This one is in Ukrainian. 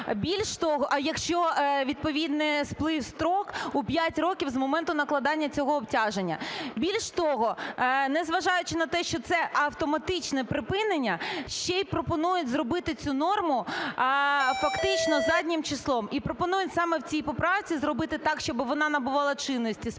Більше того… а якщо відповідно сплив строк у 5 років з моменту накладання цього обтяження. Більше того, незважаючи на те, що це автоматичне припинення, ще й пропонують зробити цю норму фактично заднім числом і пропонують саме в цій поправці зробити так, щоб вона набувала чинності з 1 січня